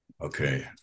okay